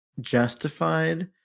justified